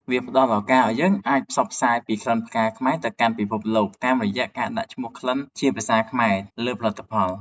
វាផ្ដល់ឱកាសឱ្យយើងអាចផ្សព្វផ្សាយពីក្លិនផ្កាខ្មែរទៅកាន់ពិភពលោក តាមរយៈការដាក់ឈ្មោះក្លិនជាភាសាខ្មែរលើផលិតផល។